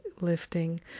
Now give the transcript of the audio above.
lifting